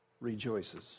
rejoices